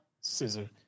Scissor